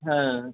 হ্যাঁ